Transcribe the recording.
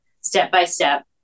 step-by-step